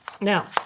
Now